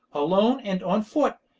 alone and on foot,